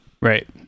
right